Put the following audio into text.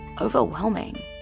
overwhelming